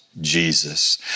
Jesus